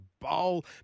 bowl